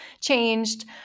changed